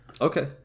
Okay